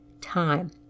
time